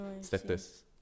Status